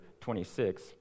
26